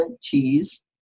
cheese